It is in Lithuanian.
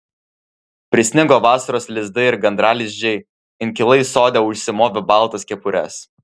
prisnigo vasaros lizdai ir gandralizdžiai inkilai sode užsimovė baltas kepures